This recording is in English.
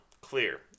clear